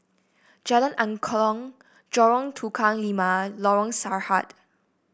Jalan Angklong Lorong Tukang Lima Lorong Sarhad